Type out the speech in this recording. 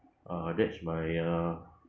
uh that's my uh